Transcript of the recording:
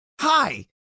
Hi